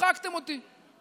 הצחקתם אותי.